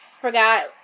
forgot